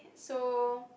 so